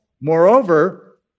Moreover